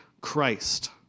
Christ